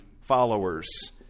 followers